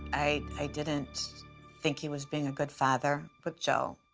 i i didn't think he was being a good father with joe.